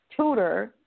tutor